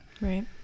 Right